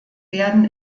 werden